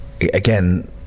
again